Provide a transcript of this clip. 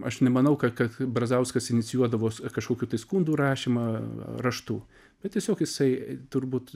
aš nemanau kad kad brazauskas inicijuodavo kažkokių tai skundų rašymą raštu bet tiesiog jisai turbūt